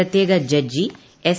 പ്രത്യേക judge S